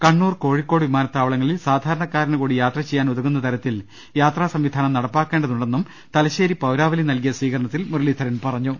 Kannur Kozhikode വിമാനത്താവളങ്ങളിൽ സാധാരണക്കാരനുകൂടി യാത്രചെയ്യാൻ ഉതകുന്ന തരത്തിൽ യാത്രാസംവിധാനം നടപ്പാക്കേണ്ടതുണ്ടെന്നും തല ശ്ശേരി പൌരാവലി നൽകിയ സ്വീകരണത്തിൽ മുരളീധരൻ പറഞ്ഞു